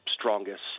strongest